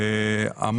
דרך אגב,